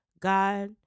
God